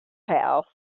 house